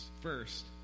First